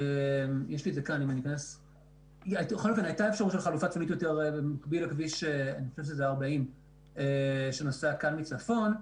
יש לי את זה כאן הייתה חלופה במקביל לכביש 40 שנוסע כאן מצפון,